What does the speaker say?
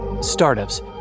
Startups